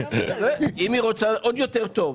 אם היא רוצה, עוד יותר טוב.